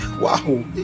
wow